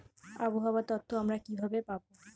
আবহাওয়ার তথ্য আমরা কিভাবে পাব?